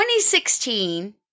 2016